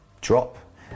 drop